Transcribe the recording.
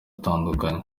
atandukanye